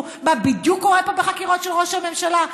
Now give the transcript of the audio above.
מה בדיוק קורה בחקירות של ראש הממשלה?